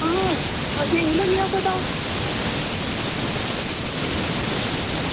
आं असेंगी निं लग्गेआ पता